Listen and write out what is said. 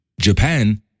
Japan